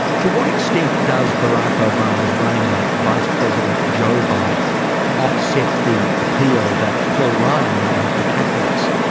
to what extent does barack obama's running mate, vice-president joe biden offset the appeal that paul ryan may have to catholics?